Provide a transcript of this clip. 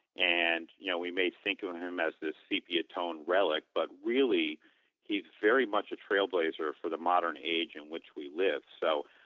and you know we may think of him as the sepia-toned relic but really he's very much a trailblazer for the modern age in which we live so,